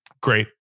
great